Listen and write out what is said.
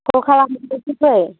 खल खालामनानै फै